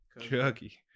Chucky